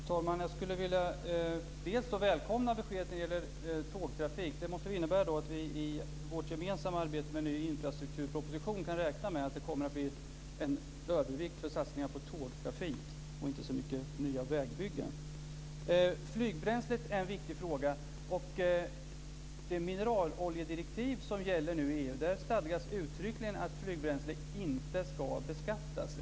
Fru talman! Jag skulle vilja välkomna beskedet när det gäller tågtrafik. Det måste innebära att vi i vårt gemensamma arbete med en ny infrastrukturproposition kan räkna med att det kommer att bli en övervikt för satsningar på tågtrafik och inte så mycket nya vägbyggen. Flygbränslet är en viktig fråga. I det mineraloljedirektiv som gäller nu i EU stadgas uttryckligen att flygbränsle inte ska beskattas.